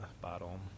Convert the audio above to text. bottle